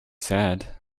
said